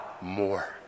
more